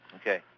Okay